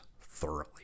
thoroughly